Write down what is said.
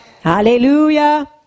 Hallelujah